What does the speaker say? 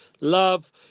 love